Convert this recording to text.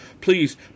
please